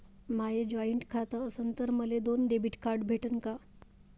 माय joint खातं असन तर मले दोन डेबिट कार्ड भेटन का?